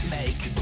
Make